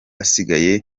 asigaye